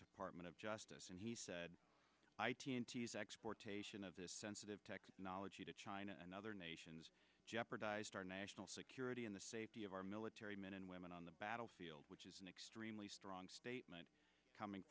department of justice and he said exportation of this sensitive technology to china and other nations jeopardized our national security and the safety of our military men and women on the battlefield which is an extremely strong statement coming